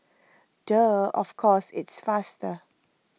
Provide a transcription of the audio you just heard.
duh of course it's faster